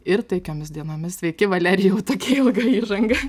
ir taikiomis dienomis sveiki valerijau tokia ilga įžanga